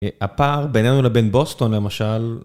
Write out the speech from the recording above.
הפער בינינו לבין בוסטון למשל.